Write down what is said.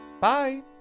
Bye